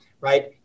right